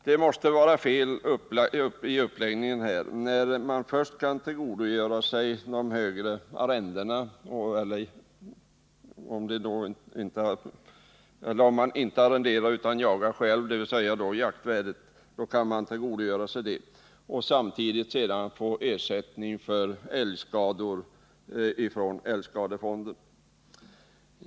Det måste vara något fel i uppläggningen när man först skall kunna tillgodogöra sig de högre arrendeavgifterna eller — om man inte arrenderar jaktmarken, utan jagar på egen mark — jaktvärdet samtidigt som man sedan kan få ersättning för älgskador från älgskadefonden.